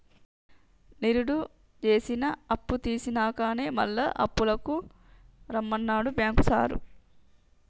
నిరుడు జేసిన అప్పుతీర్సినంకనే మళ్ల అప్పుకు రమ్మన్నడు బాంకు సారు